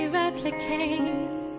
replicate